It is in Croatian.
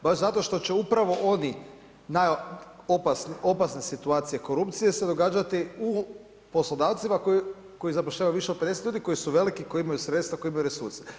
Baš zato što će upravo oni, opasna situacija korupcije se događati u poslodavcima, koji zapošljavaju više od 50 ljudi, koji su veliki, koji imaju sredstva, koji imaju resurse.